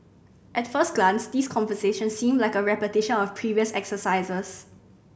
at first glance these conversations seem like a repetition of previous exercises